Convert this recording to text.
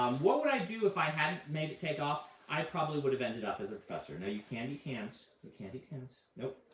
um what would i do if i hadn't made it take off? i probably would have ended up as a professor. ow, and you can't eat hands. you can't eat hands. nope.